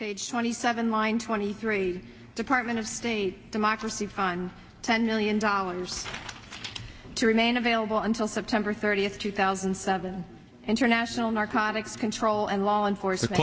page twenty seven line twenty three department of state democracy times ten million dollars to remain available until september thirtieth two thousand and seven international narcotics control and law and for